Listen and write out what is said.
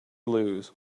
lose